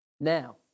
Now